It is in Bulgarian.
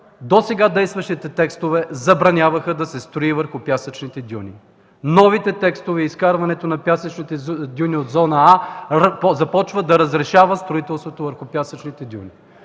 Досега действащите текстове забраняваха да се строи върху пясъчните дюни. Новите текстове с изкарването на пясъчните дюни от зона „А” започва да разрешава строителството върху пясъчните дюни,